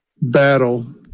battle